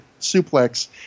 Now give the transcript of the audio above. suplex